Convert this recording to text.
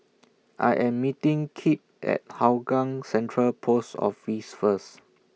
I Am meeting Kip At Hougang Central Post Office First